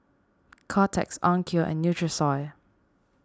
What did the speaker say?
Kotex Onkyo and Nutrisoy